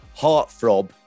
heartthrob